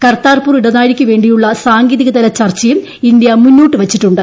കർതാർപൂർ ഇടനാഴിയ്ക്ക് വേണ്ടിയുള്ള സാങ്കേതികതല ചർച്ചയും ഇന്ത്യ മുന്നോട്ട് വച്ചിട്ടുണ്ട്